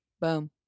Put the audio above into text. boom